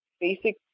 basic